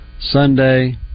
Sunday